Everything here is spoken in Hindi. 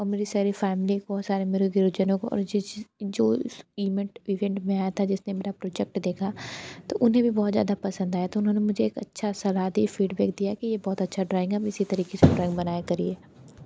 और मेरी सारी फ़ैमिली को सारी मेरे गुरुजनों को और जो इमेंट इवेंट में आया था जिसने मेरा प्रोजेक्ट देखा तो उन्हें भी बहुत ज़्यादा पसंद आया तो उन्होंने मुझे एक अच्छी सलाह दी फ़ीडबैक दिया कि ये बहुत अच्छा ड्रॉइंग है अब इसी तरीके से ड्रॉइंग बनाया करिए